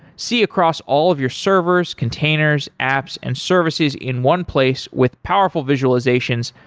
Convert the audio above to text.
see across all of your servers, containers, apps and services in one place with powerful visualizations,